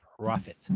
Profit